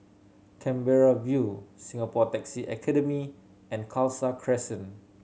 Canberra View Singapore Taxi Academy and Khalsa Crescent